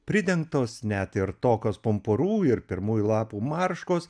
pridengtos net ir tokios pumpurų ir pirmųjų lapų marškos